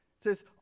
says